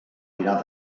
dirà